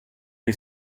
che